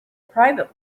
private